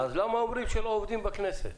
למה אומרים שלא עובדים בכנסת?